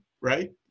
right